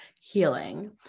healing